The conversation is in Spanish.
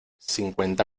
cincuenta